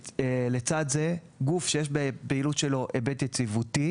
לצד זה, גוף שיש בפעילות שלו היבט יציבותי